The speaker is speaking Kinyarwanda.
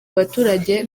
abaturage